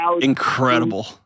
incredible